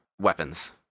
weapons